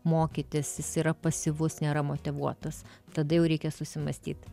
mokytis jis yra pasyvus nėra motyvuotas tada jau reikia susimąstyt